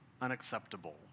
unacceptable